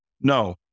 No